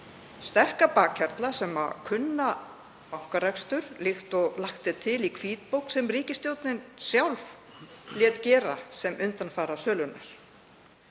sterka bakhjarla sem kunna bankarekstur líkt og lagt er til í hvítbók sem ríkisstjórnin sjálf lét gera sem undanfara sölunnar?